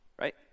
right